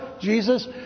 Jesus